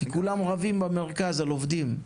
כי כולם רבים במרכז על עובדים,